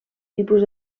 tipus